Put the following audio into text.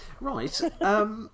Right